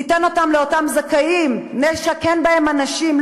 ניתן אותן לאותם זכאים, נשכן בהן אנשים.